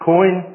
Coin